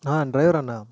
ஆ driver அண்ணா